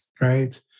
Right